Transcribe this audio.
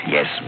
Yes